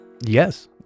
Yes